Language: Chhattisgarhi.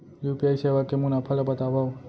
यू.पी.आई सेवा के मुनाफा ल बतावव?